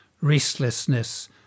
restlessness